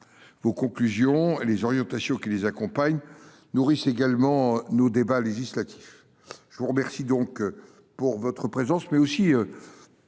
Vos conclusions et les orientations qui les accompagnent nourrissent également nos débats législatifs. Je vous remercie donc de votre présence, mais aussi